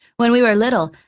when we were little,